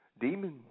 Demons